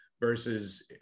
versus